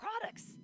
products